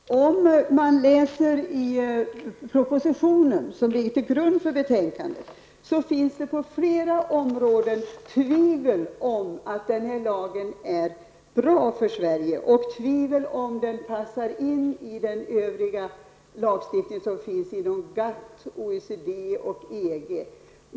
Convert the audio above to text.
Fru talman! Om man läser i propositionen som ligger till grund för betänkandet, finner man att det på flera områden finns tvivel på om den här lagen är bra för Sverige och att den passar in i den övriga lagstiftning som finns inom GATT, OECD och EG.